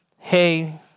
hey